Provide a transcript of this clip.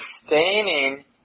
sustaining